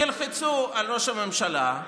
ילחצו על ראש הממשלה,